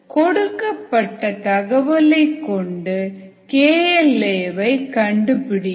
கொடுக்கப்பட்ட தகவலை கொண்டு KL a வை கண்டுபிடியுங்கள்